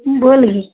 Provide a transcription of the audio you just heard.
बोल गे